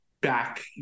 back